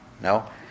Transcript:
No